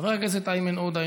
חבר הכנסת איימן עודה,